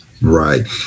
Right